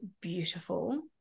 beautiful